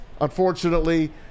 Unfortunately